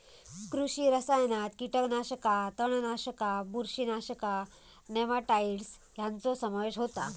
कृषी रसायनात कीटकनाशका, तणनाशका, बुरशीनाशका, नेमाटाइड्स ह्यांचो समावेश होता